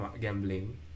gambling